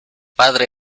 padre